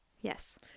Yes